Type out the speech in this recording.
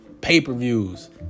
pay-per-views